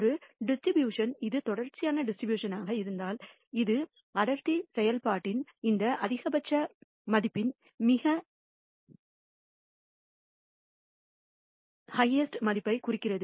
ஒரு டிஸ்ட்ரிபியூஷன் இது தொடர்ச்சியான டிஸ்ட்ரிபியூஷன் க இருந்தால் இது அடர்த்தி செயல்பாட்டின் இந்த அதிகபட்ச மதிப்பின் மிக ஹஃஹ்ஸ்ட்டு மதிப்பைக் குறிக்கிறது